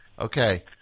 okay